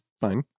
fine